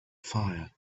fire